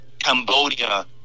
Cambodia